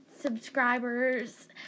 subscribers